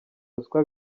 ruswa